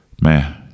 Man